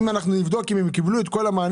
אם אנחנו נבדוק אם הם קיבלו את כל המענה,